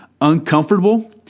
uncomfortable